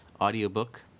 audiobook